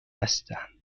هستم